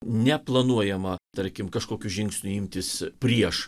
neplanuojama tarkim kažkokių žingsnių imtis prieš